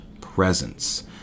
presence